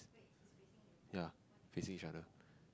ya facing each other